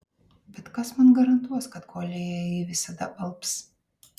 bet kas man garantuos kad guolyje ji visada alps